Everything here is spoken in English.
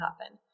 happen